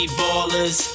ballers